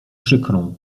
przykrą